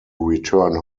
return